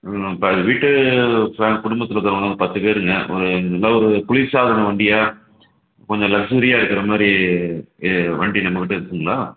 இன்னும் இப்போ வீட்டு ப்ளான் குடும்பத்தில் இருக்கறவங்க பத்து பேருங்க ஒரு ரெண்டாவது ஒரு குளிர்சாதன வண்டியாக கொஞ்சம் லக்ஸூரியாக இருக்கிற மாதிரி வண்டி நம்மக்கிட்ட இருக்குதுங்களா